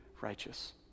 righteous